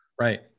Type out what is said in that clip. Right